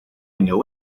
know